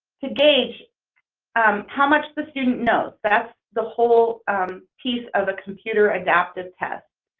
to gauge how much the student knows. that's the whole piece of a computer adaptive test,